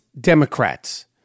Democrats